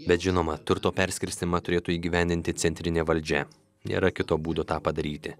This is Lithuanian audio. bet žinoma turto perskirstymą turėtų įgyvendinti centrinė valdžia nėra kito būdo tą padaryti